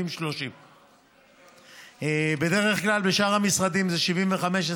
70%. בדרך כלל בשאר המשרדים זה 25% 75%,